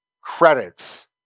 credits